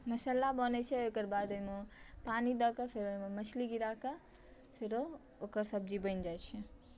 मसाला बनैत छै ओकर बाद ओहिमे पानी दऽ कऽ फेर ओहिमे मछली गिरा कऽ फेरो ओकर सब्जी बनि जाइत छै